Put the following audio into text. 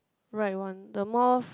right one the more